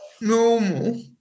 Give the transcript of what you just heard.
normal